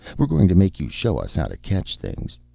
we're going to make you show us how to catch things.